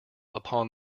upon